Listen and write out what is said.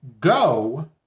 go